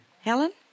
Helen